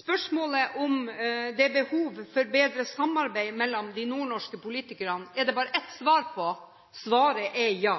Spørsmålet om det er behov for bedre samarbeid mellom de nordnorske politikerne, finnes det bare et svar på. Svaret er ja.